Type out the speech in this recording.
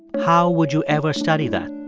how would you ever study that?